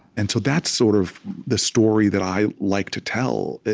and so that's sort of the story that i like to tell,